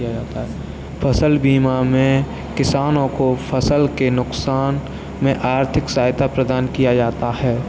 फसल बीमा में किसानों को फसल के नुकसान में आर्थिक सहायता प्रदान किया जाता है